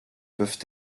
peuvent